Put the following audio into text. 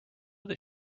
that